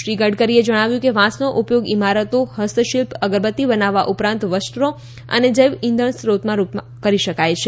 શ્રી ગડકરીએ જણાવ્યું કે વાંસનો ઉપયોગ ઇમારતો હસ્તશિલ્પ અગરબત્તી બનાવવા ઉપરાંત વસ્ત્રો અને જૈવ ઇંધણ સ્ત્રોતના રૂપમાં કરી શકાય છે